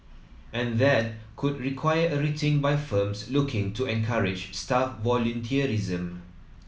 and that could require a rethink by firms looking to encourage staff volunteerism